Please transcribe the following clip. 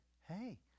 hey